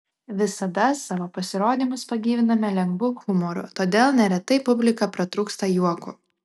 visada savo pasirodymus pagyviname lengvu humoru todėl neretai publika pratrūksta juoku